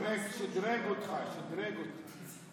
שדרג אותך, שדרג אותך.